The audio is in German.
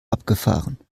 abgefahren